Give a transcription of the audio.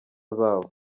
zabo